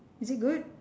is it good